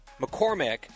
McCormick